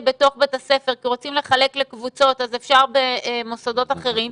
בתוך בית הספר כי רוצים לחלק לקבוצות אז במוסדות אחרים.